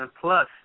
Plus